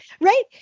right